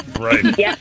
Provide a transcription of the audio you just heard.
Right